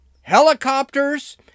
helicopters